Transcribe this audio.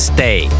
Stay